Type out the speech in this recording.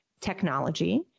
technology